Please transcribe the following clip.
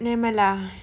nevermind lah